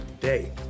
day